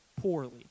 poorly